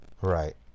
Right